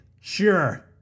Sure